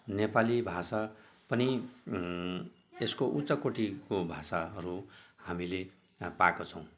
नेपाली भाषा पनि यसको उच्चकोटिको भाषाहरू हामीले पाएको छौँ